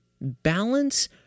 Balance